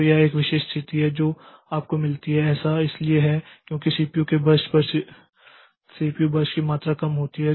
तो यह एक विशिष्ट स्थिति है जो आपको मिलती है ऐसा इसलिए है क्योंकि सीपीयू के बर्स्ट पर सीपीयू बर्स्ट की मात्रा कम होती है